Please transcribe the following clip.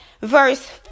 verse